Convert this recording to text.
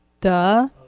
Duh